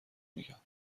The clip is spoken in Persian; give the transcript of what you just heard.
میگم